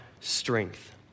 strength